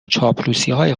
چاپلوسیهای